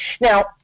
Now